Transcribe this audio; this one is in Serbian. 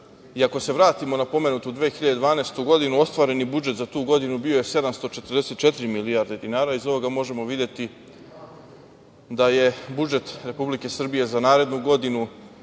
i ako se vratimo na pomenutu 2012. godinu ostvareni budžet za tu godinu bio je 744 milijarde dinara. Iz ovoga možemo videti da je budžet Republike Srbije za narednu godinu